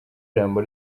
ijambo